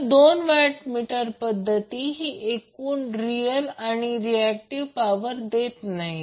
तर दोन watt meter पद्धत ही फक्त एकूण रियल आणि रिऍक्टिव्ह पॉवर देत नाही